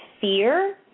fear